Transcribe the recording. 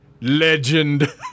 Legend